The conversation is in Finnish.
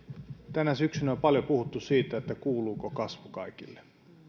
tänä syksynä on paljon puhuttu siitä kuuluuko kasvu kaikille